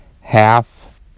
half